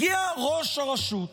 הגיע ראש הרשות